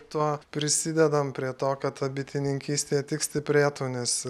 tuo prisidedam prie to kad ta bitininkystė tik stiprėtų nes